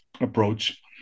approach